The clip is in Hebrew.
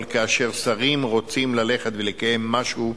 אבל כאשר שרים רוצים ללכת ולקיים משהו,